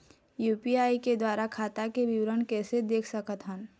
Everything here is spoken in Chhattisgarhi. यू.पी.आई के द्वारा खाता के विवरण कैसे देख सकत हन?